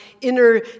inner